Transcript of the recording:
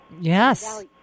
Yes